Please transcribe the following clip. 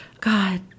God